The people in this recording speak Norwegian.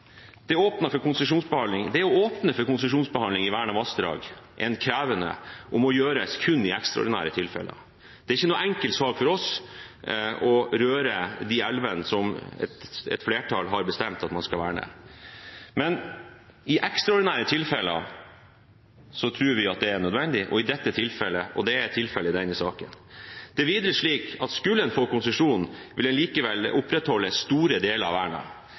Det å åpne for konsesjonsbehandling i vernede vassdrag er krevende og må gjøres kun i ekstraordinære tilfeller. Det er ingen enkel sak for oss å røre de elvene som et flertall har bestemt at man skal verne. Men i ekstraordinære tilfeller tror vi at det er nødvendig, og det er tilfellet i denne saken. Det er videre slik at skulle man få konsesjon, ville man likevel opprettholde store deler av vernet.